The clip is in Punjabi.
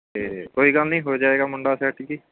ਅਤੇ ਕੋਈ ਗੱਲ ਨਹੀਂ ਹੋ ਜਾਏਗਾ ਮੁੰਡਾ ਸੈੱਟ ਜੀ